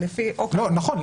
נכון.